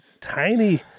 tiny